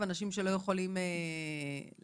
אנשים שלא יכולים להגיע,